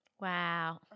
Wow